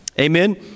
amen